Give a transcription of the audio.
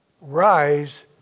rise